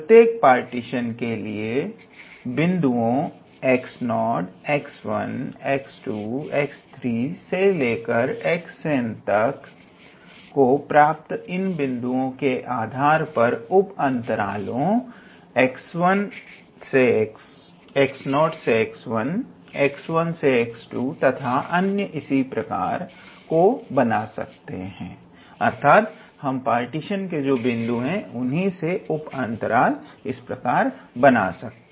तो हम प्रत्येक पार्टीशन P के लिए बिंदुओं 𝑥0 𝑥1 𝑥2 𝑥3 से 𝑥𝑛 तक को प्राप्त कर इन बिंदुओं के आधार पर उप अंतरालो 𝑥0 से 𝑥1 𝑥1 से 𝑥2 तथा अन्य इसी प्रकार को बना सकते हैं